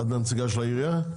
את הנציגה של העירייה?